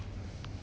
nope